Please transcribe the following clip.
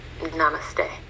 Namaste